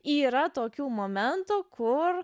yra tokių momentų kur